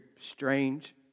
strange